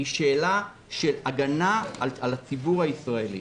היא שאלה של הגנה על הציבור הישראלי.